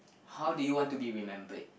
how do you want to be remembered